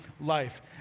life